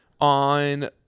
On